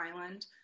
island